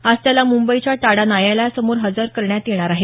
आज त्याला मुंबईच्या टाडा न्यायालयासमोर हजर करण्यात येणार आहे